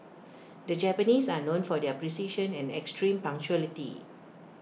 the Japanese are known for their precision and extreme punctuality